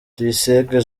tuyisenge